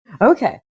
Okay